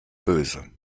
böse